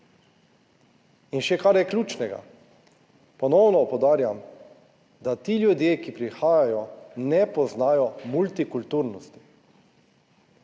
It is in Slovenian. In še kar je ključnega. Ponovno poudarjam, da ti ljudje, ki prihajajo, ne poznajo multikulturnosti,